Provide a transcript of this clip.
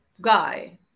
guy